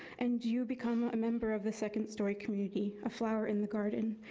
and you become a member of the second story community, a flower in the garden.